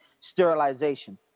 sterilization